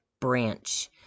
branch